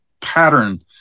pattern